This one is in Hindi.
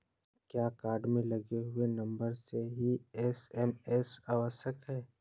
क्या कार्ड में लगे हुए नंबर से ही एस.एम.एस आवश्यक है?